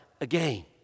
again